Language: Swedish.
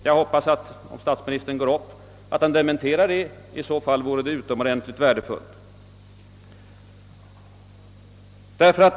Jag hoppas att statsministern, om han går upp i talarstolen igen, dementerar detta; det vore i så fall utomordentligt värdefullt.